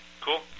Cool